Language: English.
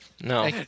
No